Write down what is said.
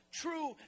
true